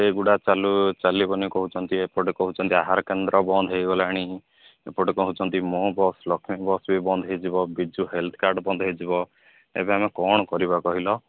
ସେଗୁଡ଼ା ଚାଲୁ ଚାଲିବନି କହୁଛନ୍ତି ଏପଟେ କହୁଛନ୍ତି ଆହାର କେନ୍ଦ୍ର ବନ୍ଦ ହୋଇଗଲାଣି ଏପଟେ କହୁଛନ୍ତି ମୋ ବସ ଲକ୍ଷ୍ମୀ ବସ ବି ବନ୍ଦ ହୋଇଯିବ ବିଜୁ ହେଲ୍ଥ କାର୍ଡ୍ ବନ୍ଦ ହୋଇଯିବ ଏବେ ଆମେ କ'ଣ କରିବା କହିଲ